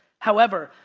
however,